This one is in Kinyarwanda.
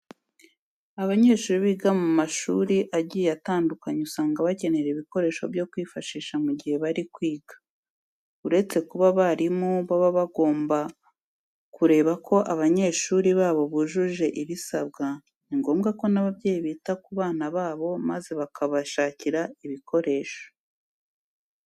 Abanyeshuri biga mu mashuri agiye atandukanye usanga bakenera ibikoresho byo kwifashisha mu gihe bari kwiga. Uretse kuba abarimu baba bagomba kureba ko abanyeshuri babo bujuje ibisabwa, ni ngombwa ko n'ababyeyi bita ku bana babo maze bakabashakira ibi bikoresho.